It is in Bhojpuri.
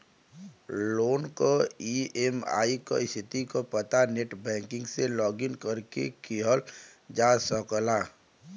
लोन क ई.एम.आई क स्थिति क पता नेटबैंकिंग से लॉगिन करके किहल जा सकला